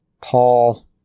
Paul